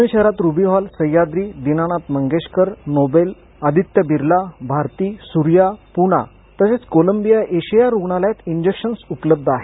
पुणे शहरात Ruby Hall Sahyadri Dinanath Mangeshkar Noble Aditya Birla Bharati Surya Poona तसेच Columbia Asia रुग्णालयात इंजेक्शन उपलब्ध आहेत